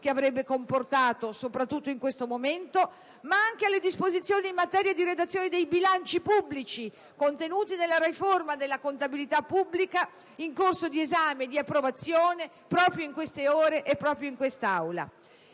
che avrebbe comportato (soprattutto in questo momento), ma anche alle disposizioni in materia di redazione dei bilanci pubblici contenute nella riforma della contabilità pubblica, in corso di esame ed approvazione proprio in queste ore in quest'Aula;